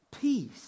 peace